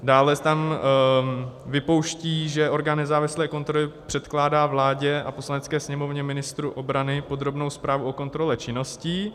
Dále se tam vypouští, že orgán nezávislé kontroly předkládá vládě a Poslanecké sněmovně, ministru obrany podrobnou zprávu o kontrole činností.